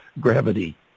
Gravity